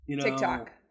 TikTok